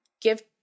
Give